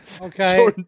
Okay